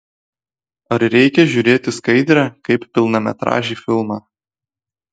ar reikia žiūrėti skaidrę kaip pilnametražį filmą